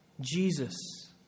Jesus